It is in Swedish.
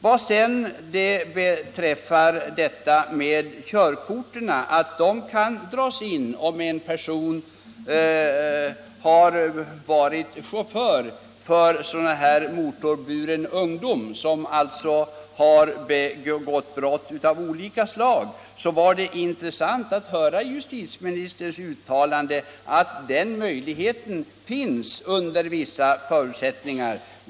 Vad sedan beträffar frågan huruvida körkort kan dras in om en person har varit chaufför åt motorburen ungdom som begått brott av olika slag, var det intressant att höra justitieministerns uttalande att den möjligheten finns under vissa förutsättningar.